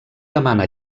demana